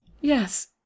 Yes